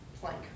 plank